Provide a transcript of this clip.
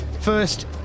first